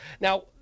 Now